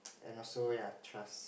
and also ya trust